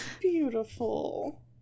beautiful